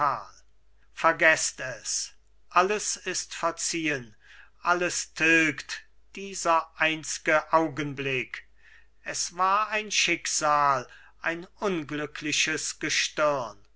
vergeßt es alles ist verziehen alles tilgt dieser einzge augenblick es war ein schicksal ein unglückliches gestirn